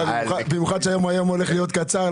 במיוחד שהיום הולך להיות יום קצר.